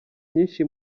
nyinshi